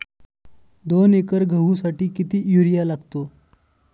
दोन एकर गहूसाठी किती युरिया लागतो?